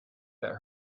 that